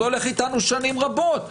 זה הולך אתנו שנים רבות.